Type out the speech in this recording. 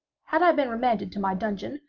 had i been remanded to my dungeon,